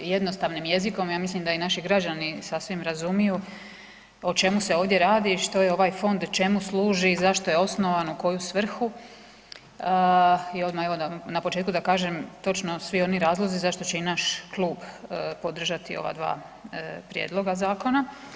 jednostavnim jezikom, ja mislim da i naši građani sasvim razumiju o čemu se ovdje radi, što je ovaj fond, čemu služi, zašto je osnovan, u koju svrhu i odmah evo na početku da kažem točno svi oni razlozi zašto će i naš klub podržati ova dva prijedloga zakona.